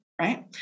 right